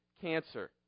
cancer